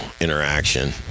interaction